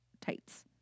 tights